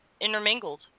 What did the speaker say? intermingled